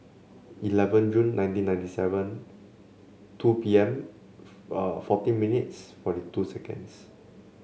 eleven June nineteen ninety seven two P M forty minutes forty two seconds